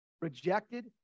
rejected